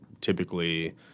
typically